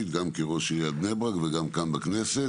גם כראש עיריית בני ברק וגם כאן בכנסת,